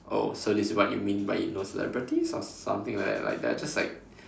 oh so this is what you mean by you know celebrities or something like that like they're just like